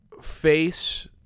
face